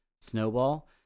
Snowball